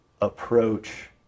approach